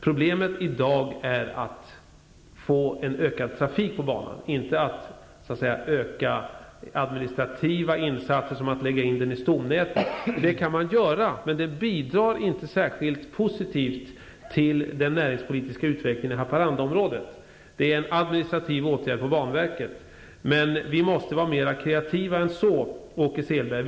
Problemet i dag är hur man skall få en ökad trafik på banan, inte att öka de administrativa insatserna. Man kan lägga in banan i stomnätet, men det bidrar inte på ett särskilt positivt sätt till den näringspolitiska utvecklingen i Haparandaområdet. Vi måste vara mera kreativa än så, Åke Selberg.